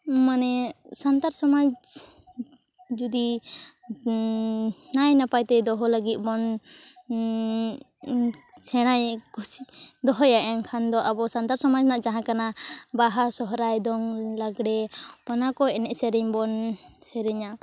ᱢᱟᱱᱮ ᱥᱟᱱᱛᱟᱲ ᱥᱚᱢᱟᱡᱽ ᱡᱩᱫᱤ ᱱᱟᱭ ᱱᱟᱯᱟᱭᱛᱮ ᱫᱚᱦᱚ ᱞᱟᱹᱜᱤᱫ ᱵᱚᱱ ᱥᱮᱬᱟᱭ ᱫᱚᱦᱚᱭᱟ ᱮᱱᱠᱷᱟᱱ ᱫᱚ ᱟᱵᱚ ᱥᱟᱱᱛᱟᱲ ᱥᱚᱢᱟᱡᱽ ᱨᱮᱱᱟᱜ ᱡᱟᱦᱟᱸ ᱠᱟᱱᱟ ᱵᱟᱦᱟ ᱥᱚᱦᱚᱨᱟᱭ ᱫᱚᱝ ᱞᱟᱜᱽᱲᱮ ᱚᱱᱟᱠᱚ ᱮᱱᱮᱡ ᱥᱮᱨᱮᱧᱵᱚᱱ ᱥᱮᱨᱮᱧᱟ